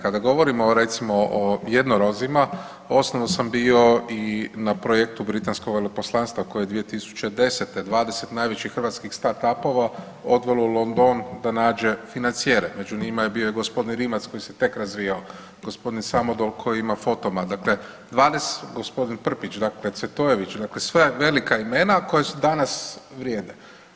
Kada govorimo recimo o jednorozima osobno sam bio i na projektu britanskog veleposlanstva koje 2010. 20 najvećih hrvatskih startup-ova odvelo u London da nađe financijere, među njima je bio i gospodin Rimac koji se tek razvijao, gospodin Samodol koji ima Fotoma, dakle 20, gospodin Prpić, dakle Cvetojević, dakle sve velika imena koja su danas vrijede.